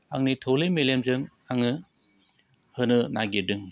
आंनि थौले मेलेमजों आङो होनो नागिरदों